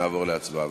ונעבור להצבעה.